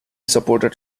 supported